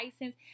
license